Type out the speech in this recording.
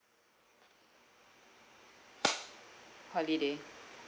holiday